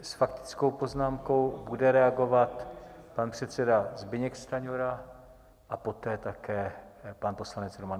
S faktickou poznámkou bude reagovat pan předseda Zbyněk Stanjura a poté také pan poslanec Roman Onderka.